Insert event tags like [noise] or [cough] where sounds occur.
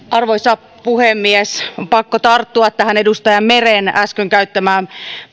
[unintelligible] arvoisa puhemies on pakko tarttua tähän edustaja meren äsken käyttämään